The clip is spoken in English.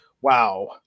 wow